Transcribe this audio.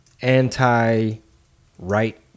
anti-right